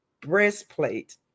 breastplate